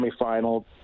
semifinal